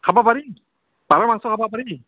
খাব পাৰি পাৰ মাংস খাব পাৰি